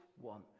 one